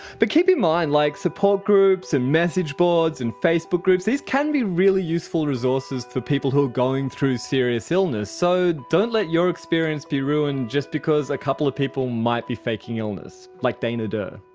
but keep in mind, like support groups and message boards and facebook groups, these can be really useful resources for people who are going through serious illness. so don't let your experience be ruined just because a couple of people might be faking illness. like dana dirr.